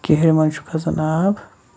کِہرِ منٛز چھُ کھسان آب